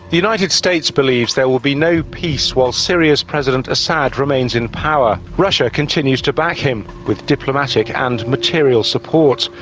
the united states believes there will be no peace while syria's president assad remains in power. russia continues to back him, with diplomatic and material support.